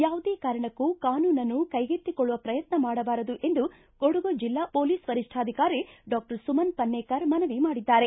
ಯಾವುದೇ ಕಾರಣಕ್ಕೂ ಕಾನೂನನ್ನು ಕೈಗೆತ್ತಿಕೊಳ್ಳುವ ಪ್ರಯತ್ನ ಮಾಡಬಾರದು ಎಂದು ಕೊಡಗು ಜಿಲ್ಲಾ ಪೊಲೀಸ್ ವರಿಷ್ಠಾಧಿಕಾರಿ ಡಾಕ್ಟರ್ ಸುಮನ್ ಪನ್ನೇಕರ್ ಮನವಿ ಮಾಡಿದ್ದಾರೆ